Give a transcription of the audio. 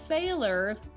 Sailors